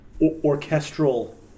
orchestral